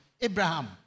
Abraham